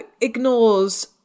ignores